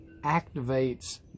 activates